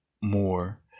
more